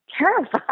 terrified